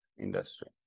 industry